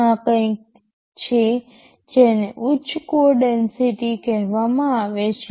આ કંઈક છે જેને ઉચ્ચ કોડ ડેન્સિટી કહેવામાં આવે છે